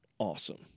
awesome